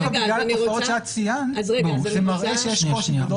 דווקא בגלל התופעות שאת ציינת, זה מראה שיש קושי.